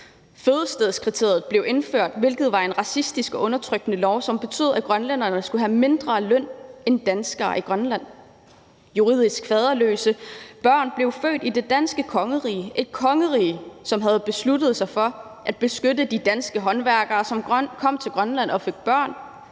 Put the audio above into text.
Fødestedskriteriet blev indført, hvilket var en racistisk og undertrykkende lov, som betød, at grønlænderne skulle have mindre i løn end danskere i Grønland. Juridisk faderløse børn blev født i det danske kongerige – et kongerige, som havde besluttet sig for at beskytte de danske håndværkere, som kom til Grønland og fik børn